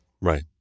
Right